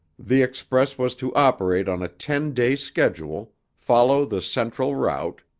the express was to operate on a ten-day schedule, follow the central route,